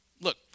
Look